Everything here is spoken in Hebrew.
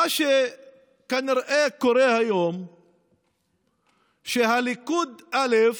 מה שכנראה קורה היום הוא שליכוד א'